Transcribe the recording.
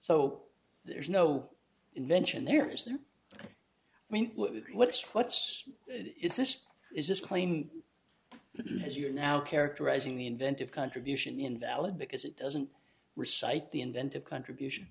so there's no invention there is there i mean what's what's is this is this claim as you're now characterizing the inventive contribution invalid because it doesn't recites the inventive contribution